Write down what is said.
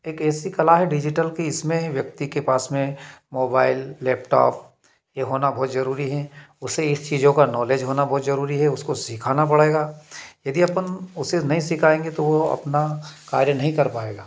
एक ऐसी कला है डिजिटल की इसमें व्यक्ति के पास में मोबाइल लैपटॉप ये होना बहुत जरूरी है उसे इस चीज़ों का नॉलेज होना बहुत जरूरी है उसको सिखाना पड़ेगा यदि अपन उसे नहीं सिखाएँगे तो वो अपना कार्य नहीं कर पाएगा